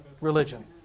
Religion